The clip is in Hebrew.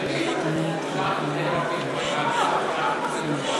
נא לשבת.